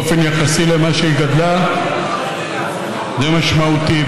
באופן יחסי למה שהיא גדלה זה משמעותי,